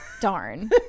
Darn